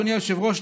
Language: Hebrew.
אדוני היושב-ראש,